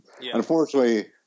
unfortunately